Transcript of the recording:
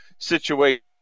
Situation